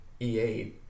E8